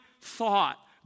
thought